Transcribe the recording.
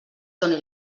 doni